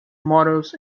models